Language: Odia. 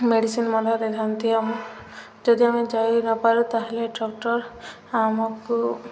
ମେଡ଼ିସିନ ମଧ୍ୟ ଦେଇଥାନ୍ତି ଯଦି ଆମେ ଯାଇ ନପାରୁ ତା'ହେଲେ ଡକ୍ଟର ଆମକୁ